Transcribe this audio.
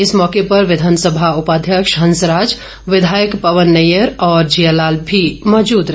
इस मौके पर विधानसभा उपाध्यक्ष हंसराज विधायक पवन नैयर और जियालाल भी मौजूद रहे